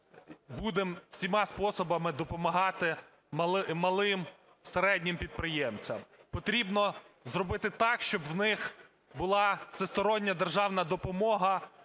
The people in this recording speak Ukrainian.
будемо всіма способами допомагати малим, середнім підприємцям. Потрібно зробити так, щоб в них була всестороння державна допомога,